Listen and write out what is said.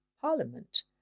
Parliament